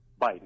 biden